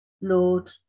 Lord